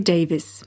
Davis